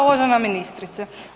Uvažena ministrice.